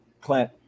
Clint